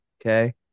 Okay